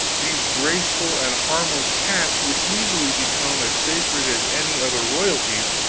these graceful and harmless cats would easily become as sacred as any other royalties,